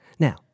Now